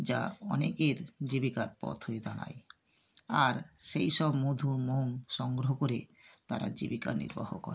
যা অনেকের জীবিকার পথ হয়ে দাঁড়ায় আর সেইসব মধু মোম সংগ্রহ করে তারা জীবিকা নির্বাহ করে